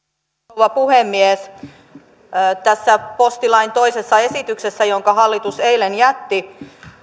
rouva puhemies tässä postilain toisessa esityksessä jonka hallitus eilen jätti